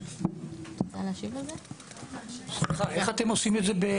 אולי לפני שניתן רק